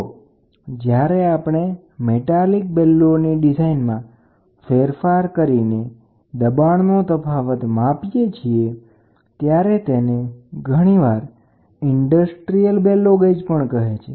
તો જ્યારે આપણે મેટાલિક બેલોમાં ફેરફાર કરશુ કે જેનો ઉપયોગ અહીં દબાણનો તફાવત માપવા માટે કરીએ છીએ ત્યારે તેને ઘણીવાર ઇન્ડસ્ટ્રીયલ બેલો ગેજ પણ કહે છે